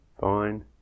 fine